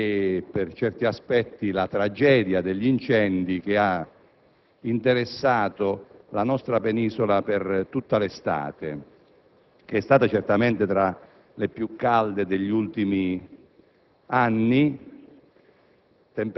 e, per certi versi, la tragedia degli incendi che ha interessato la nostra penisola per tutta l'estate; estate certamente tra le più calde degli ultimi anni,